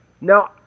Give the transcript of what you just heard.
Now